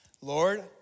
Lord